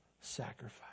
sacrifice